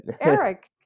Eric